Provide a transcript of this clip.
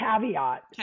caveat